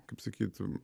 kaip sakyt